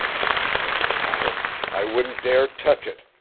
i i wouldn't dare touch it,